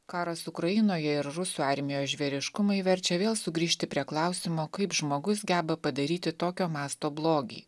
karas ukrainoje ir rusų armijos žvėriškumai verčia vėl sugrįžti prie klausimo kaip žmogus geba padaryti tokio masto blogį